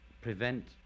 prevent